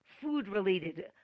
food-related